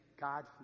God